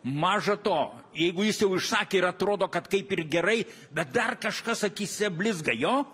maža to jeigu jis jau išsakė ir atrodo kad kaip ir gerai bet dar kažkas akyse blizga jo